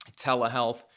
telehealth